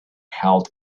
held